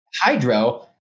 hydro